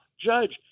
judge